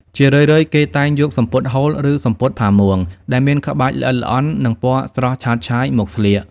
ជារឿយៗគេតែងយក សំពត់ហូល ឬ សំពត់ផាមួង ដែលមានក្បាច់ល្អិតល្អន់ និងពណ៌ស្រស់ឆើតឆាយមកស្លៀក។